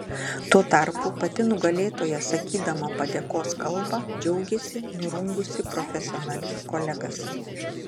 tuo tarpu pati nugalėtoja sakydama padėkos kalbą džiaugėsi nurungusi profesionalius kolegas